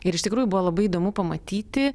ir iš tikrųjų buvo labai įdomu pamatyti